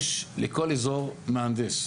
יש לכל אזור מהנדס.